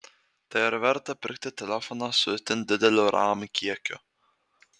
tai ar verta pirkti telefoną su itin dideliu ram kiekiu